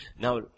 Now